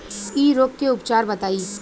इ रोग के उपचार बताई?